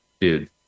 Dude